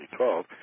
2012